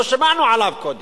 לא שמענו עליו קודם,